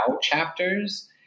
chapters